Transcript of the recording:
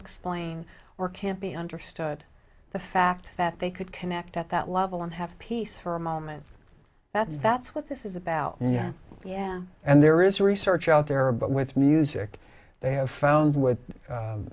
explain or can't be understood the fact that they could connect at that level and have peace for a moment that that's what this is about yeah yeah and there is research out there but with music they have found with